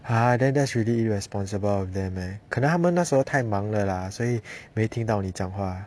!huh! then that's really irresponsible of them leh 可能他们那时候太忙了 lah 所以没听到你讲话